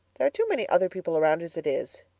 there are too many other people around as it is.